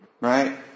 Right